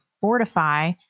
fortify